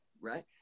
right